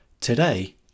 Today